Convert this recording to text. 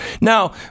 Now